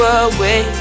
away